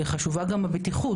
אבל חשובה גם הבטיחות.